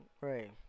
Right